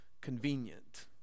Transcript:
convenient